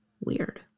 weird